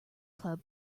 club